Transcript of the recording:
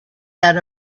that